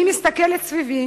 אני מסתכלת סביבי